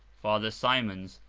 father simons,